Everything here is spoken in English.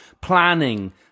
planning